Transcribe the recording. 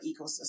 ecosystem